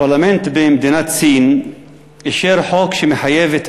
הפרלמנט במדינת סין אישר חוק שמחייב את